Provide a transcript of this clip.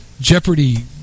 Jeopardy